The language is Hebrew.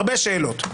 הרבה שאלות.